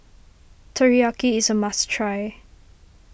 Teriyaki is a must try